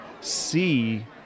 see